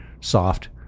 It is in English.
soft